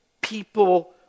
people